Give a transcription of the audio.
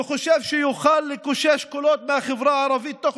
והוא חושב שיוכל לקושש קולות מהחברה הערבית תוך